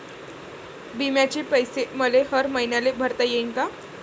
बिम्याचे पैसे मले हर मईन्याले भरता येईन का?